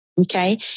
okay